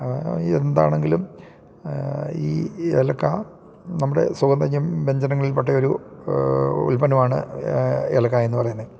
എന്താണെങ്കിലും ഈ ഏലക്ക നമ്മുടെ സുഗന്ധജ്യം വ്യഞ്ജനങ്ങളിൽ പെട്ടൊരു ഉൽപ്പന്നമാണ് ഏലക്ക എന്ന് പറയുന്നത്